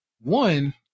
one